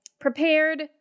prepared